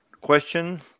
question